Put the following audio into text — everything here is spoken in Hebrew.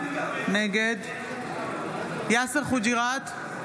נגד יאסר חוג'יראת,